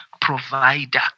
provider